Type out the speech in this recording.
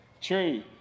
true